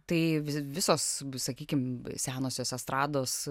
tai visos bus sakykim senosios estrados